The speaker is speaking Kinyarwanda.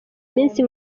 iminsi